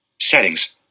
Settings